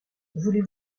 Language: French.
voulez